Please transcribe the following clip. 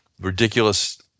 ridiculous